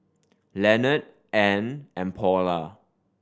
Leonard Ann and Paula